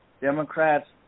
Democrats